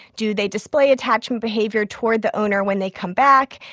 do they display attachment behavior toward the owner when they come back?